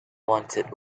wanted